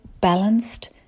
balanced